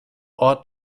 ort